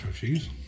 cheese